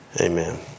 Amen